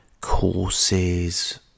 courses